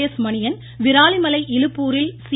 எஸ்மணியன் விராலிமலை இலுப்பூரில் சி